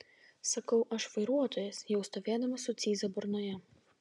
sakau aš vairuotojas jau stovėdamas su cyza burnoje